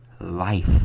life